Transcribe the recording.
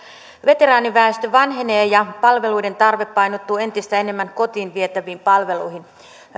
veteraaniväestö vanhenee ja palveluiden tarve painottuu entistä enemmän kotiin vietäviin palveluihin